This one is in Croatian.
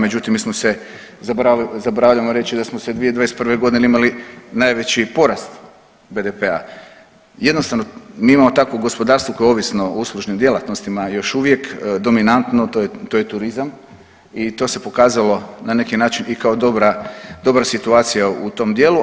Međutim, mi smo se zaboravljamo reći da smo se 2021.g. imali najveći porast BDP-a, jednostavno mi imamo takvo gospodarstvo koje je ovisno o uslužnim djelatnostima još uvijek dominantno to je turizam i to se pokazalo na neki način i dobra situacija u tom dijelu.